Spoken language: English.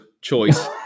choice